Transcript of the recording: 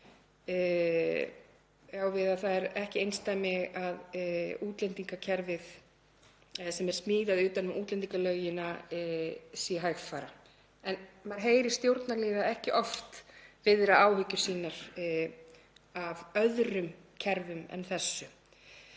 á við að það er ekki einsdæmi að útlendingakerfið, sem er smíðað utan um útlendingalögin, sé hægfara. En maður heyrir stjórnarliða ekki oft viðra áhyggjur sínar af öðrum kerfum en þessu.